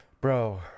Bro